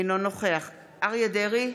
אינו נוכח אריה מכלוף דרעי,